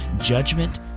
judgment